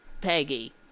Peggy